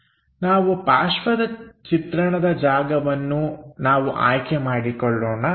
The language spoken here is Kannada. ನಾವು ಪಾರ್ಶ್ವದ ಚಿತ್ರಣದ ಜಾಗವನ್ನು ನಾವು ಆಯ್ಕೆ ಮಾಡಿಕೊಳ್ಳೋಣ